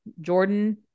Jordan